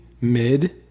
mid